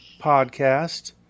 podcast